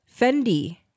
Fendi